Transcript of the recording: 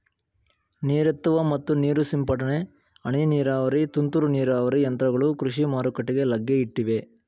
ನೀರೆತ್ತುವ ಮತ್ತು ನೀರು ಸಿಂಪಡನೆ, ಹನಿ ನೀರಾವರಿ, ತುಂತುರು ನೀರಾವರಿ ಯಂತ್ರಗಳು ಕೃಷಿ ಮಾರುಕಟ್ಟೆಗೆ ಲಗ್ಗೆ ಇಟ್ಟಿವೆ